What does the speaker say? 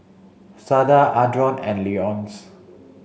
Sada Adron and Leonce